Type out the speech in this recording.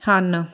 ਹਨ